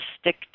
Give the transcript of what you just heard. stick